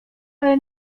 ale